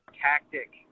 tactic